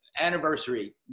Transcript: anniversary